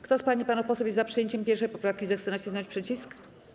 Kto z pań i panów posłów jest za przyjęciem 1. poprawki, zechce nacisnąć przycisk.